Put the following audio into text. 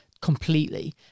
completely